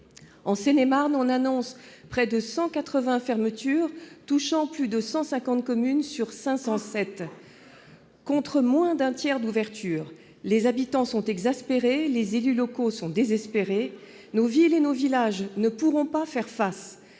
En Seine-et-Marne, on annonce près de 180 fermetures, touchant plus de 150 communes sur 507, contre moins d'un tiers d'ouvertures ! Les habitants sont exaspérés, les élus locaux désespérés. Nos villes et nos villages ne pourront pas faire face.